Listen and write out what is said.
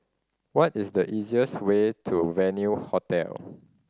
what is the easiest way to Venue Hotel